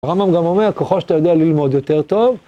הרמב״ם גם אומר, ככל שאתה יודע ללמוד יותר טוב,